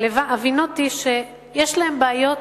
אבל הבינותי שיש להם בעיות,